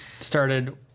started